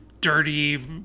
dirty